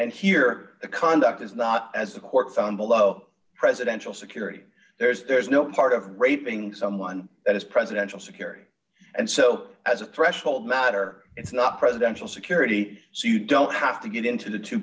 and here the conduct is not as the court found below presidential security there's no part of raping someone that is presidential security and so as a threshold matter it's not presidential security so you don't have to get into the two